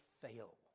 fail